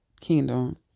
kingdom